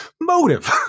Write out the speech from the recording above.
Motive